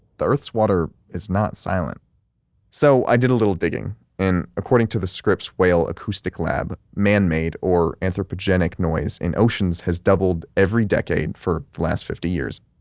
the earth's water is not silent so i did a little digging and according to the scripps whale acoustic lab, man made or anthropogenic noise in oceans has doubled every decade for the last fifty years.